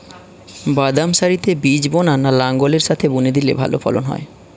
বাদাম সারিতে বীজ বোনা না লাঙ্গলের সাথে বুনে দিলে ভালো ফলন হয়?